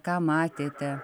ką matėte